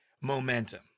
momentum